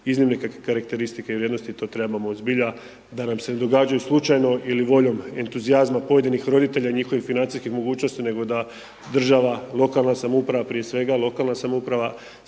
iznimne karakteristike i vrijednosti, to trebamo zbilja, da nam se ne događaju slučajno ili voljom entuzijazma pojedinih roditelja i njihovih financijskih mogućnosti nego da država, lokalna samouprava prije svega, lokalna samouprava,